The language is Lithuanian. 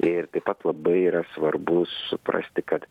ir taip pat labai yra svarbu suprasti kad